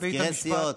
מזכירי הסיעות,